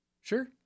Sure